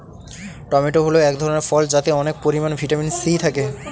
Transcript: tomato হল এক ধরনের ফল যাতে অনেক পরিমান ভিটামিন সি থাকে